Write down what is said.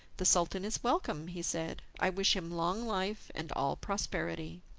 the sultan is welcome, he said. i wish him long life and all prosperity.